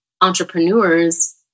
entrepreneurs